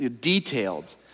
detailed